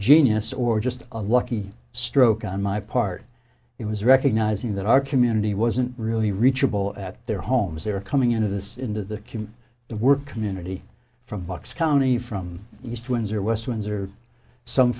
genius or just a lucky stroke on my part it was recognizing that our community wasn't really reachable at their homes they were coming into this into the the world community from bucks county from east windsor west windsor some